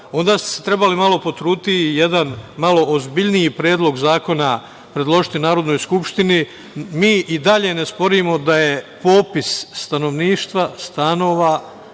onda ste se trebali malo potruditi i jedan malo ozbiljniji predlog zakona predložiti Narodnoj skupštini. Mi i dalje ne sporimo da je popis stanovništva, stanova